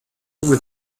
with